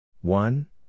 One